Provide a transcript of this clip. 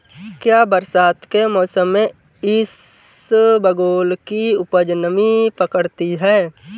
क्या बरसात के मौसम में इसबगोल की उपज नमी पकड़ती है?